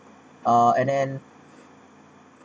uh and then